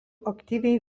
aktyviai